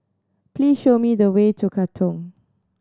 please show me the way to Katong